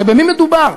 הרי במי מדובר?